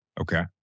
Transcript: Okay